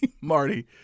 Marty